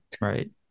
right